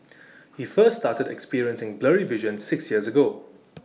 he first started experiencing blurry vision six years ago